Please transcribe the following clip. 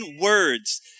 words